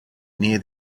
near